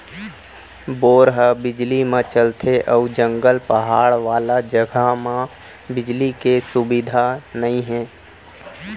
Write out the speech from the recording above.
bore ह बिजली म चलथे अउ जंगल, पहाड़ वाला जघा म बिजली के सुबिधा नइ हे